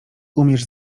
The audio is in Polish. umiesz